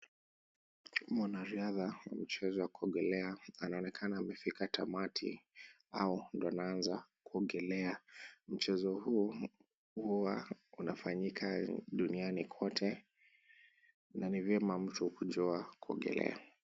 Mwanariadha wa mchezo wa kuogelea, anaonekana amefika tamati au ndo anaanza kuogelea. Mchezo huu huwa inafanyika duniani kote na ni vyema mtu kujua kuogelea.